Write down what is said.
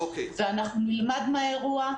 אנחנו נלמד מהאירוע,